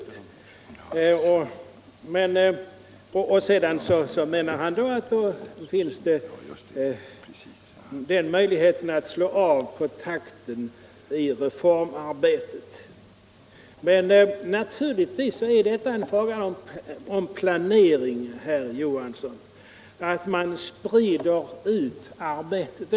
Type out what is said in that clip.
Sedan menar han att den möjlighet som finns är att ”slå av på takten i reformarbetet”. Men naturligtvis är det en fråga om planering i stället, herr Johansson, att man sprider ut arbetet.